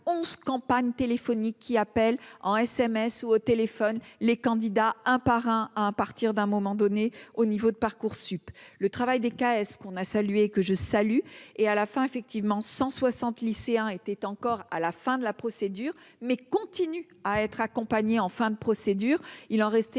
11 campagne téléphonique qui appelle en SMS ou au téléphone, les candidats un par un à à partir d'un moment donné au niveau de Parcoursup le travail des cas est-ce qu'on a salué, que je salue et à la fin, effectivement 160 lycéens étaient encore à la fin de la procédure, mais continue à être accompagné en fin de procédure, il en restait,